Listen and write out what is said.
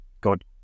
God